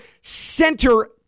center